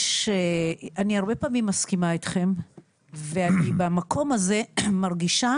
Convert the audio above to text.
אני הרבה פעמים מסכימה איתכם אבל במקום הזה אני מרגישה